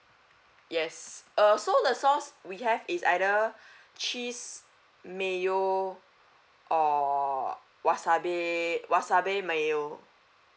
yes uh so the sauce we have it's either cheese mayo or wasabi wasabi mayo